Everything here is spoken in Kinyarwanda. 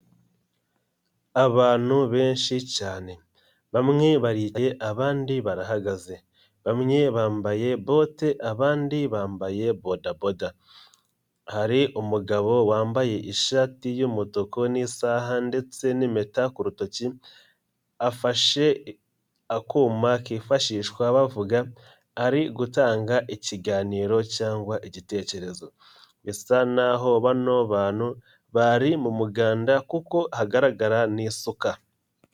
Abantu benshi cyane, bamwe baricaye abandi barahagaze, bamwe bambaye bote abandi bambaye bodaboda, hari umugabo wambaye ishati y'umutuku n'isaha ndetse n'impeta ku rutoki, afashe akuma kifashishwa bavuga, ari gutanga ikiganiro cyangwa igitekerezo, bisa n'aho bano bantu bari mu muganda kuko hagaragara n'isuka.